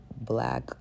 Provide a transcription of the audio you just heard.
black